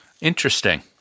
Interesting